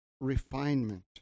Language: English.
refinement